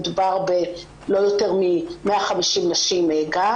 מדובר בלא יותר מ-150 נשים גג,